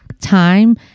time